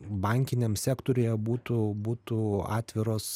bankiniam sektoriuj būtų būtų atviros